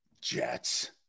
Jets